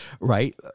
right